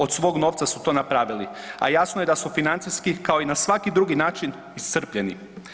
Od svog novca su to napravili, a jasno je da su financijski, kao i na svaki drugi način iscrpljeni.